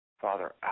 Father